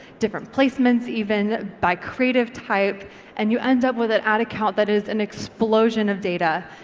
different placements, even by creative type and you end up with an ad account that is an explosion of data.